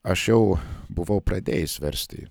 aš jau buvau pradėjęs versti